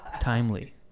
Timely